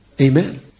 Amen